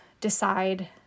decide